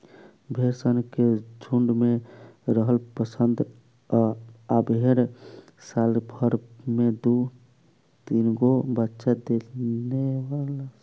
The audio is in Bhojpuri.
भेड़ सन के झुण्ड में रहल पसंद ह आ भेड़ साल भर में दु तीनगो बच्चा दे देली सन